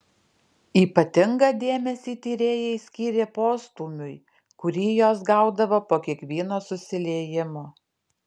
ypatingą dėmesį tyrėjai skyrė postūmiui kurį jos gaudavo po kiekvieno susiliejimo